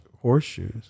horseshoes